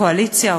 קואליציה,